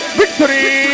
victory